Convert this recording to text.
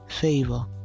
favor